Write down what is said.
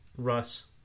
Russ